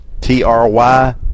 T-R-Y